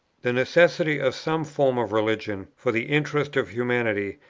the necessity of some form of religion for the interests of humanity,